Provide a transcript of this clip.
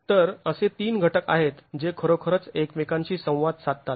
तर असे ३ घटक आहेत जे खरोखरच एकमेकांशी संवाद साधतात